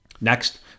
Next